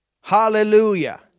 Hallelujah